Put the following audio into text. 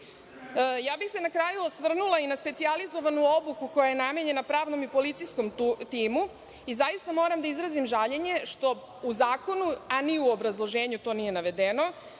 bih se na kraju osvrnula i na specijalizovanu obuku koja je namenjena pravnom i policijskom timu. Moram da izrazim žaljenje što u Zakonu, a ni u obrazloženju to nije navedeno